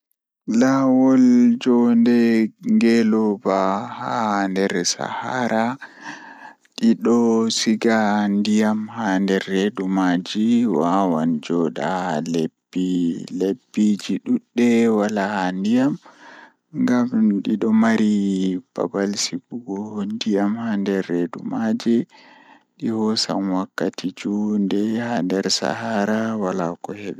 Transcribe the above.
Laawol joodee geelooba haan nder Sahara, ɗii ɗoo sigaa ndiiyam haa ndeer reduumaa jii wawaan jooɗa haaleebbii Leebbiin jii ɗuɗɗee haa walaa ndiiyam, gabmn ɗii ɗoo marii babal si bu’uu go ndiiyam haan nder reduumaa jii, ɗihoosum wakkati juundeeyi haan nder Sahara walaa ko’e heebi